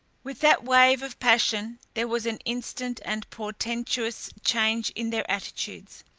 with that wave of passion there was an instant and portentous change in their attitudes.